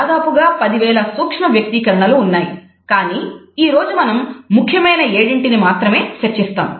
దాదాపుగా 10000 సూక్ష్మ వ్యక్తీకరణలు ఉన్నాయి కానీ ఈరోజు మనం ముఖ్యమైన ఏడింటిని మాత్రమే చర్చిస్తాం